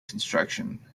construction